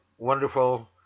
Wonderful